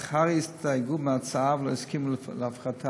אך הר"י הסתייגו מההצעה ולא הסכימו להפחתה.